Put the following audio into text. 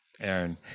Aaron